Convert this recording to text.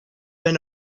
been